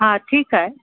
ठीकु आहे